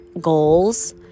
goals